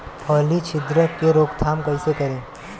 फली छिद्रक के रोकथाम कईसे करी?